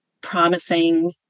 promising